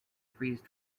freeze